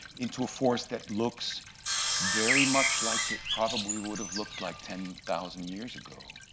into a forest that looks very much like it probably would have looked like ten thousand years ago